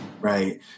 right